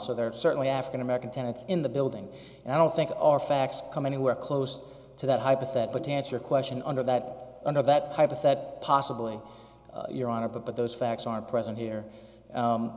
so there are certainly african american tenants in the building and i don't think our facts come anywhere close to that hypothetical to answer a question under that under that type of that possibly you're on top of but those facts are present here